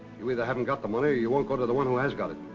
you either haven't got the money or you won't go to the one who has got it.